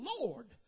Lord